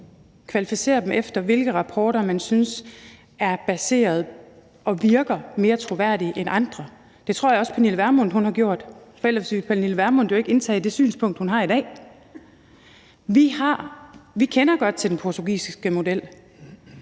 kvalificere dem efter, hvilke rapporter man synes virker mere troværdige end andre. Det tror jeg også at fru Pernille Vermund har gjort, for ellers ville fru Pernille Vermund jo ikke indtage det synspunkt, hun har i dag. Vi kender godt til den portugisiske model.